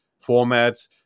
format